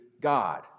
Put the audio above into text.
God